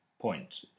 point